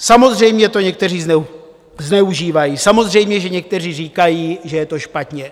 Samozřejmě že to někteří zneužívají, samozřejmě že někteří říkají, že je to špatně.